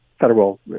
federal